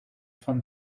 von